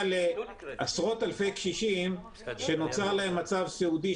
לעשרות אלפי קשישים שנוצר להם מצב סיעודי,